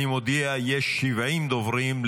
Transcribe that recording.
אני מודיע, יש 70 דוברים.